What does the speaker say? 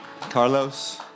Carlos